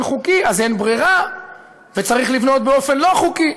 חוקי אז אין ברירה וצריך לבנות באופן לא חוקי.